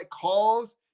calls